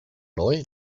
neu